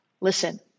Listen